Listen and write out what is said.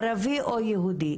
ערבי או יהודי,